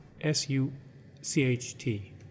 S-U-C-H-T